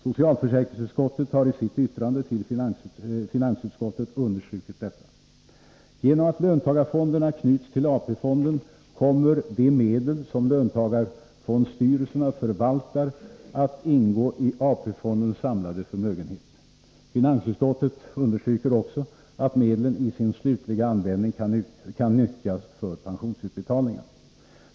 Socialförsäkringsutskottet har i sitt yttrande till finansutskottet understrukit detta. Genom att löntagarfonderna knyts till AP-fonden kommer de medel som löntagarfondsstyrelserna förvaltar att ingå i AP-fondens samlade förmögenhet. Finansutskottet understryker också att medlen i sin slutliga användning kan nyttjas för pensionsutbetalningar.